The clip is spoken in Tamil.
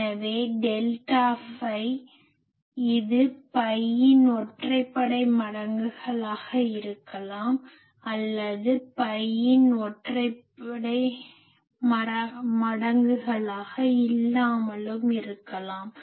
எனவே டெல்டா ஃபை இது பையின் ஒற்றைப்படை மடங்குகளாக இருக்கலாம் அல்லது பையின் ஒற்றைப்படை மடங்குகளாக இல்லாமலும் இருக்கலாம்